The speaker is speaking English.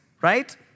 right